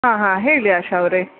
ಹಾಂ ಹಾಂ ಹೇಳಿ ಆಶಾ ಅವರೆ